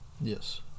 Yes